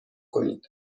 کنید